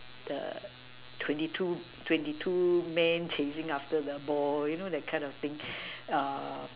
err twenty two twenty two men chasing after the ball you know that kind of thing err